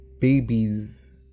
babies